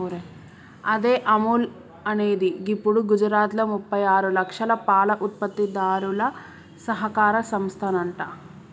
అదే అముల్ అనేది గిప్పుడు గుజరాత్లో ముప్పై ఆరు లక్షల పాల ఉత్పత్తిదారుల సహకార సంస్థనంట